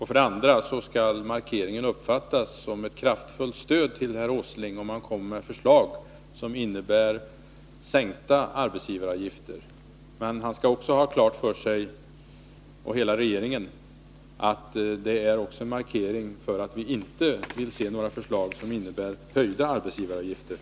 För det andra skall markeringen uppfattas som ett kraftfullt stöd till herr Åsling, om han kommer med förslag som innebär en sänkning av arbetsgivaravgifterna. Han skall också ha klart för sig, liksom hela regeringen, att det också är en markering av att vi inte vill se några förslag som innebär en höjning av arbetsgivaravgifterna.